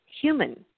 human